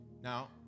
Now